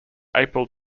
april